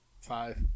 Five